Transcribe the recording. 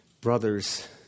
Brothers